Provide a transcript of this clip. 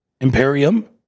Imperium